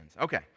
Okay